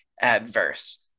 adverse